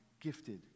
gifted